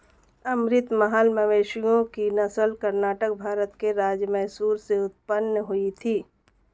अमृत महल मवेशियों की नस्ल कर्नाटक, भारत के राज्य मैसूर से उत्पन्न हुई थी